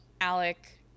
Alec